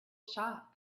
shop